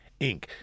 Inc